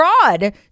fraud